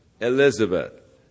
Elizabeth